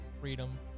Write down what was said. freedom